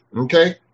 Okay